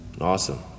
Awesome